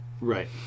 Right